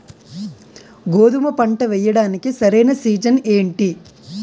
గోధుమపంట వేయడానికి సరైన సీజన్ ఏంటి?